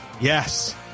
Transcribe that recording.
Yes